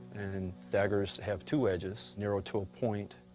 and daggers have two edges, narrowed to a point.